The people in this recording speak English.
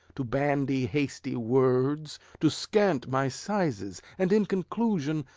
to bandy hasty words, to scant my sizes, and, in conclusion,